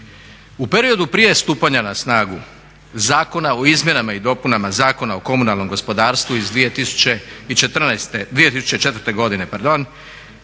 U periodu prije stupanja na snagu Zakona o izmjenama i dopunama Zakona o komunalnom gospodarstvu iz 2004. godine